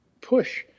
push